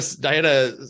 Diana